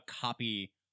copy